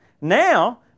now